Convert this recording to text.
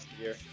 year